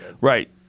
Right